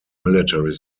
military